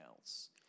else